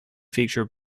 feature